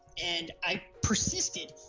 and i persisted,